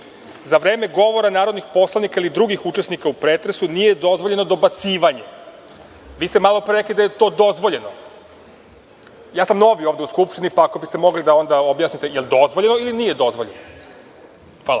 za vreme govora narodnih poslanika ili drugih učesnika u pretresu nije dozvoljeno dobacivanje.“ Vi ste malopre rekli da je to dozvoljeno. Nov sam ovde u Skupštini, pa ako biste mogli da objasnite da li je dozvoljeno ili nije dozvoljeno? **Maja